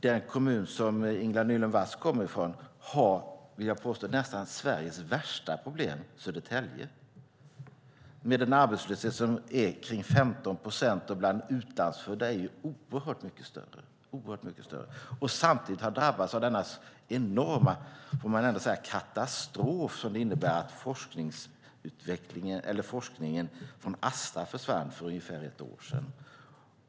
Den kommun som Ingela Nylund Watz kommer från har, vill jag påstå, nästan Sveriges värsta problem. Det är Södertälje, med en arbetslöshet kring 15 procent och mycket större bland utlandsfödda. Samtidigt har man drabbats av den enorma katastrof som det innebär att forskningen inom Astra Zeneca försvann för ungefär ett år sedan.